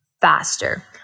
faster